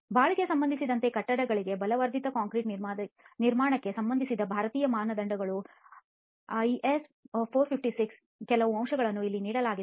ಬಾಳಿಕೆಗೆ ಸಂಬಂಧಿಸಿದಂತೆ ಕಟ್ಟಡಗಳಿಗೆ ಬಲವರ್ಧಿತ ಕಾಂಕ್ರೀಟ್ ನಿರ್ಮಾಣಕ್ಕೆ ಸಂಬಂಧಿಸಿದ ಭಾರತೀಯ ಮಾನದಂಡಗಳಾದ ಐಎಸ್ 456 ರ ಕೆಲವು ಅಂಶಗಳನ್ನು ಇಲ್ಲಿ ನೀಡಲಾಗಿದೆ